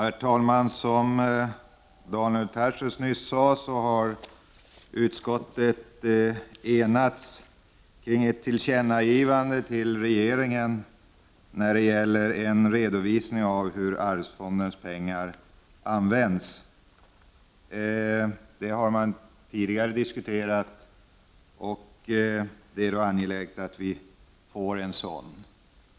Herr talman! Som Daniel Tarschys nyss sade har utskottet enats kring ett tillkännagivande till regeringen med begäran om en redovisning av hur arvsfondens pengar används. Det har tidigare diskuterats, och det är angeläget att vi får en sådan.